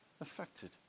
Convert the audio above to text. affected